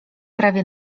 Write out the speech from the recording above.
prawie